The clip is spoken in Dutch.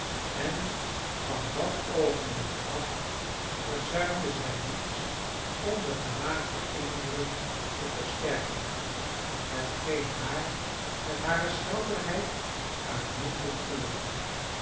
en van dat oogenblik af verzuimde zij niets om den gemaakten indruk te versterken hetgeen haar met hare schranderheid uitmuntend gelukte